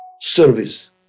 service